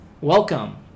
Welcome